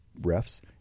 refs